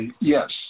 Yes